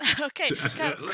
Okay